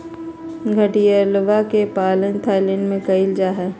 घड़ियलवा के पालन थाईलैंड में कइल जाहई